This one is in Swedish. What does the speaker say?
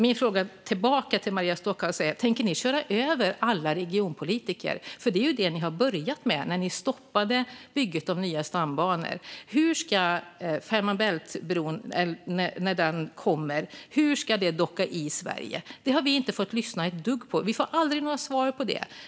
Min fråga tillbaka till Maria Stockhaus är därför: Tänker ni köra över alla regionpolitiker? Det var nämligen det ni började med när ni stoppade bygget av nya stambanor. När Fehmarn Bält-förbindelsen kommer, hur ska man docka i Sverige från den? Det har vi inte fått höra ett dugg om. Vi får aldrig några svar på det.